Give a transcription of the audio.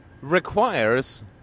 requires